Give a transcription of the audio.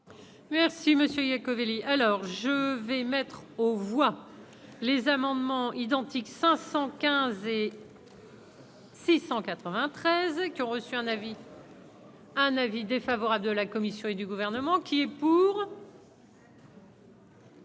Merci monsieur Iacovelli alors je vais mettre aux voix les amendements identiques : 515 et. 693 qui ont reçu un avis. Un avis défavorable de la Commission et du gouvernement qui.